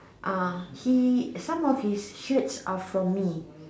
uh he some of his shirts are from me